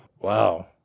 Wow